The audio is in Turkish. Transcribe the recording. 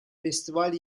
festival